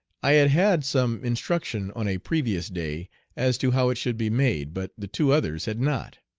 i had had some instruction on a previous day as to how it should be made, but the two others had not.